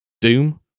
Doom